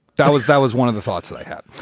that was that was one of the thoughts that i had.